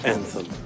Anthem